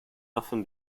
often